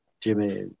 Jimmy